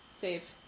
Save